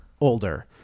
older